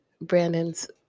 Brandon's